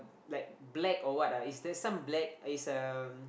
like black or what lah it's there's some black it's uh